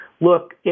look –